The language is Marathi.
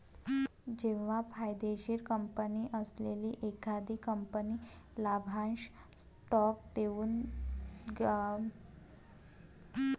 जेव्हा फायदेशीर कंपनी असलेली एखादी कंपनी लाभांश स्टॉक देऊन भागधारकांना उत्पन्नाचे वितरण करते